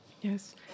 Yes